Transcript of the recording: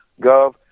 Gov